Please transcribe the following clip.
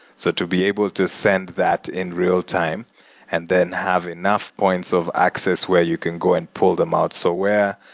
so to be able to send that in real time and then have enough points of access where you can go and pull them out so where,